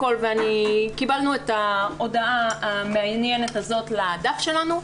קיבלנו את ההודעה המעניינת הזאת לדף שלנו.